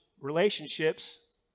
relationships